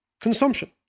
consumption